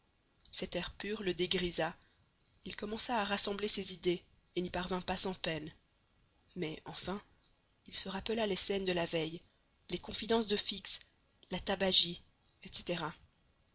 cet air pur le dégrisa il commença à rassembler ses idées et n'y parvint pas sans peine mais enfin il se rappela les scènes de la veille les confidences de fix la tabagie etc